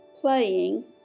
playing